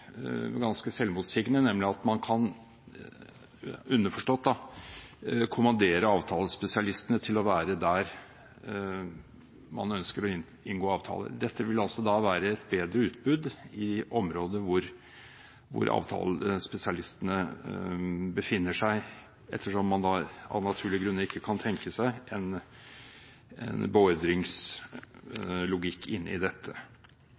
ganske selvmotsigende, nemlig at man underforstått kan kommandere avtalespesialistene til å være der man ønsker å inngå avtaler. Dette vil da være et bedre utbud i områder hvor avtalespesialistene befinner seg, ettersom man av naturlige grunner ikke kan tenke seg en beordringslogikk i dette. Noe som det også har vært henvist til, står på side 6 i